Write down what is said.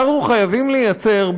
אנחנו חייבים ליצור,